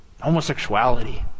homosexuality